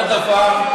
טוב.